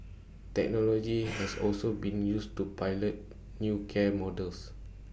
technology has also been used to pilot new care models